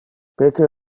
peter